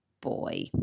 boy